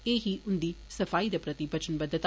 एह् ही उंदी सफाई दे प्रति वचनबद्धता